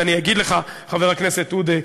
ואני אגיד לך, חבר הכנסת עודה,